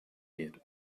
wird